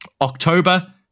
October